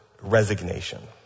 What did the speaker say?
resignation